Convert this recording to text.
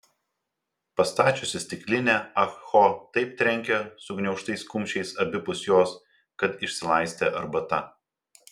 pastačiusi stiklinę ah ho taip trenkė sugniaužtais kumščiais abipus jos kad išsilaistė arbata